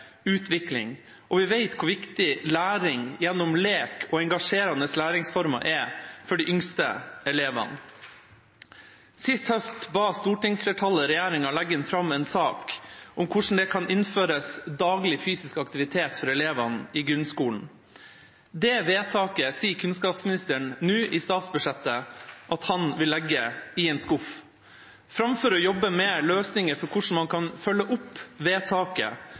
utvikling, og vi vet hvor viktig læring gjennom lek og engasjerende læreformer er for de yngste elevene. Sist høst ba stortingsflertallet regjeringen legge fram en sak om hvordan det kan innføres daglig fysisk aktivitet for elevene i grunnskolen. Kunnskapsministeren sier nå i statsbudsjettet at han vil legge det vedtaket i en skuff. Framfor å jobbe med løsninger for hvordan man kan følge opp vedtaket